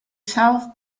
south